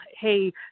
hey